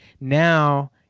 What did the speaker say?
Now